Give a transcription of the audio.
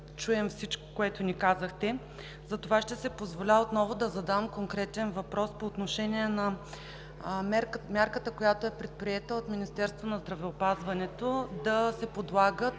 чуем всичко, което ни казахте, затова ще си позволя отново да задам конкретен въпрос по отношение на мярката, предприета от Министерството на здравеопазването, да се подлагат